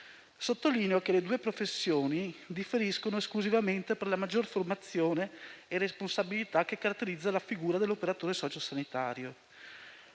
Sottolineo che le due professioni differiscono esclusivamente per la maggior formazione e responsabilità che caratterizza la figura dell'operatore socio-sanitario.